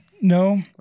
no